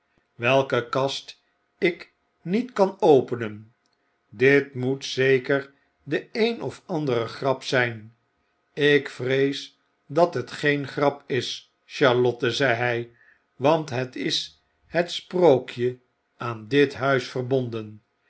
welke kast ik niet kan openen dit moet zeker de een of andere grap zijn ik vrees dat het geen grap is charlotte zei hij want het is het sprookje aan dit huis verbonden